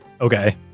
Okay